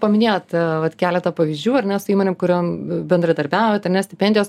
paminėjot vat keletą pavyzdžių ar ne su įmonėm kuriom bendradarbiaujat ane stipendijos